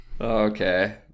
Okay